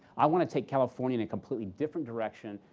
i want to take california in a completely different direction.